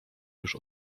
już